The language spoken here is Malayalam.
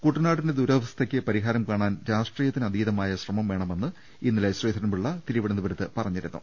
കുട്ടനാടിന്റെ ദുരവസ്ഥക്ക് പരിഹാരം കാണാൻ രാഷ്ട്രീയത്തിനതീതമായ ശ്രമം വേണമെന്ന് ഇന്നലെ ശ്രീധരൻ പിള്ള തിരുവനന്തപുരത്ത് പറഞ്ഞു